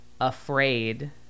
afraid